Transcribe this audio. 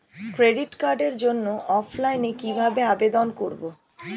Credit কার্ডের জন্য অফলাইনে কিভাবে আবেদন করব?